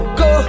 go